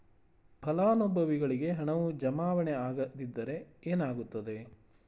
ಫಲಾನುಭವಿಗೆ ಹಣವು ಜಮಾವಣೆ ಆಗದಿದ್ದರೆ ಏನಾಗುತ್ತದೆ?